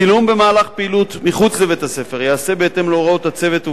צילום במהלך פעילות מחוץ לבית-הספר ייעשה בהתאם להוראות הצוות,